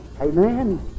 Amen